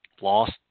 lost